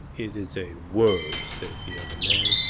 it is a word, says the other man,